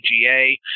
PGA